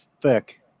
thick